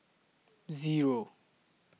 Zero